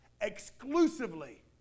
exclusively